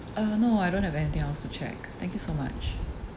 uh no I don't have anything else to check thank you so much